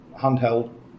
handheld